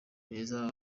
beza